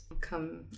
come